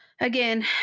again